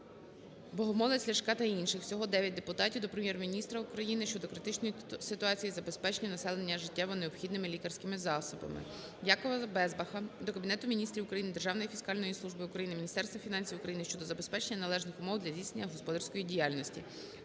(Богомолець, Ляшка та інших. Всього 9 депутатів) до Прем'єр-міністра України щодо критичної ситуації із забезпеченням населення життєво необхідними лікарськими засобами. Якова Безбаха до Кабінету Міністрів України, Державної фіскальної служби України, Міністерства фінансів України щодо забезпечення належних умов для здійснення господарської діяльності.